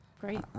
Great